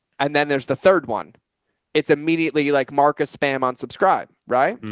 and then there's the third one it's immediately like marcus spam on subscribe. right.